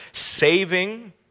Saving